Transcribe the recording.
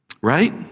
Right